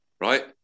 right